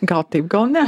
gal taip gal ne